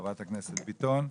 חברת הכנסת ביטון.